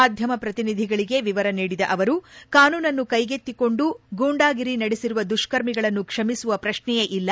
ಮಾಧ್ಯಮ ಪ್ರತಿನಿಧಿಗಳಿಗೆ ವಿವರ ನೀಡಿದ ಅವರು ಕಾನೂನನ್ನು ಕೈಗೆತ್ತಿಕೊಂಡು ಗೂಂಡಾಗಿರಿ ನಡೆಸಿರುವ ದುಷ್ಕರ್ಮಿಗಳನ್ನು ಕ್ಷಮಿಸುವ ಪ್ರತ್ನೆಯೇ ಇಲ್ಲ